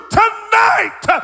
tonight